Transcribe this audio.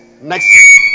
Next